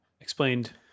explained